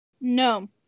No